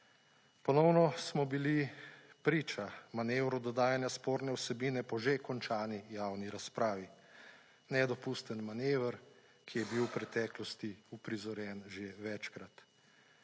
Ponovno smo bili priča manevru dodajanja sporne vsebine po že končani javni razpravi. Nedopusten manever, ki je bil v preteklosti uprizorjen že večkrat.